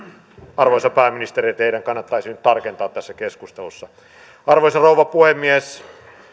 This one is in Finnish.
arvoisa pääministeri teidän kannattaisi nyt tarkentaa tässä keskustelussa arvoisa rouva puhemies